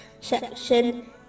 section